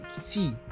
see